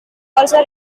also